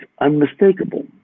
unmistakable